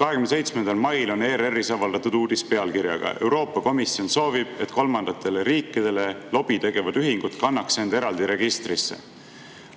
27. mail on ERR‑is avaldatud uudis pealkirjaga "Euroopa Komisjon soovib, et kolmandatele riikidele lobi tegevad ühingud kannaks end eraldi registrisse".